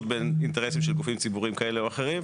בין אינטרסים של גופים ציבוריים כאלה או אחרים,